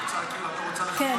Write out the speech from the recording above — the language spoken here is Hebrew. את רוצה לחכות --- כן,